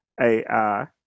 ai